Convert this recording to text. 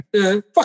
Fuck